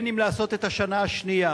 אם לעשות את השנה השנייה